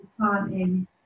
planting